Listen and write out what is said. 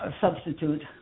substitute